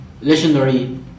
legendary